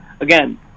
again